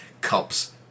cups